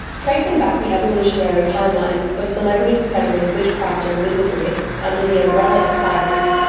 tracing back the evolutionary timeline of celebrities peddling witchcraft and wizardry under the umbrella of science,